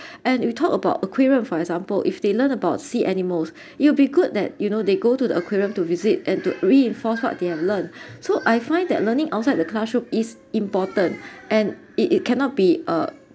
and if you talked about aquarium for example if they learn about sea animals it'll be good that you know they go to the aquarium to visit and to reinforce what they have learnt so I find that learning outside the classroom is important and it it cannot be uh